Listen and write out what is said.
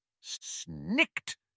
Snicked